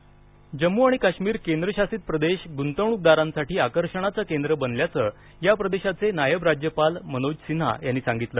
जम्म काश्मीर गंतवणक जम्मू आणि काश्मीर केंद्रशासित प्रदेश गुंतवणूकदारांसाठी आकर्षणाचं केंद्र बनल्याचं या प्रदेशाचे नायब राज्यपाल मनोज सिन्हा यांनी सांगितलं